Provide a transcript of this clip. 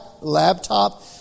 laptop